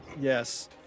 yes